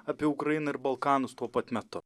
apie ukrainą ir balkanus tuo pat metu